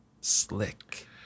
slick